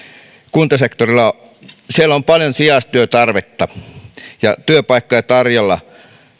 kuntasektorilla ja siellä on paljon sijaistyötarvetta ja työpaikkoja tarjolla